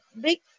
big